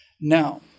Now